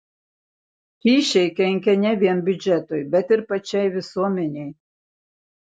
kyšiai kenkia ne vien biudžetui bet ir pačiai visuomenei